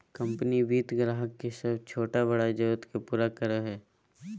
company वित्त ग्राहक के सब छोटा बड़ा जरुरत के पूरा करय हइ